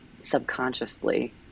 subconsciously